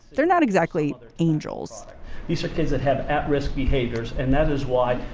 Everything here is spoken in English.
they're not exactly angels these are kids that have at risk behaviors. and that is why,